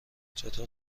چطور